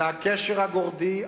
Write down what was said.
זה הקשר הגורדי,